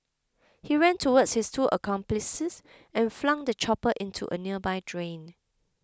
he ran towards his two accomplices and flung the chopper into a nearby drain